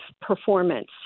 performance